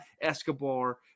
Escobar